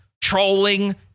Trolling